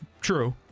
true